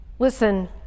listen